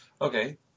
Okay